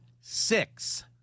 six